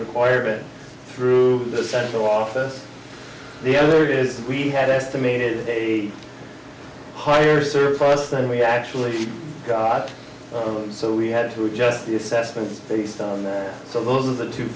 requirement through the central office the third is we had estimated a higher service for us than we actually got so we had to adjust the assessments based on that so those are the two